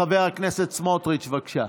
חבר הכנסת סמוטריץ', בבקשה.